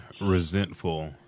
resentful